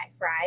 right